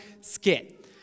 skit